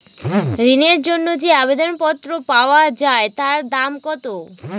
ঋণের জন্য যে আবেদন পত্র পাওয়া য়ায় তার দাম কত?